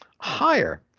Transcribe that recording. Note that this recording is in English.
higher